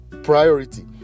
priority